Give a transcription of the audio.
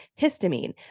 histamine